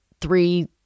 three